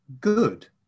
good